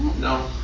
No